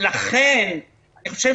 לכן אני חושב